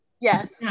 Yes